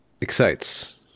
Excites